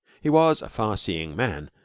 he was a far-seeing man,